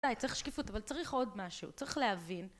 צריך שקיפות אבל צריך עוד משהו, צריך להבין